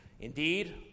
Indeed